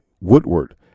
Woodward